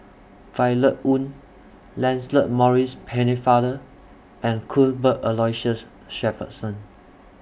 Violet Oon Lancelot Maurice Pennefather and Cuthbert Aloysius Shepherdson